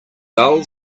dull